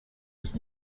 ist